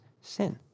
sin